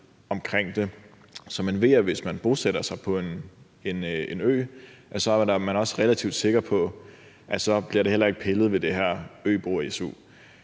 omkring det, så man ved, at hvis man bosætter sig på en ø, er man relativt sikker på, at så bliver der ikke pillet ved den her ø-su.